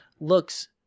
looks